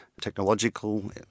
technological